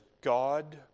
God